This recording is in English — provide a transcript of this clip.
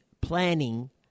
planning